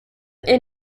est